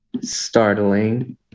Startling